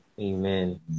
Amen